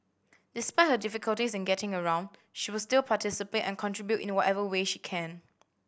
despite her difficulties in getting around she will still participate and contribute in whatever way she can